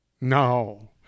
No